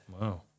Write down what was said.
Wow